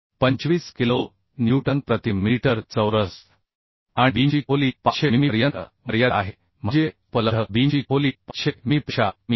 25 kilo newton प्रति metre चौरस आणि बीमची खोली 500 मिमी पर्यंत मर्यादित आहे म्हणजे उपलब्ध बीमची खोली 500 मिमीपेक्षा कमी आहे